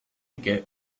get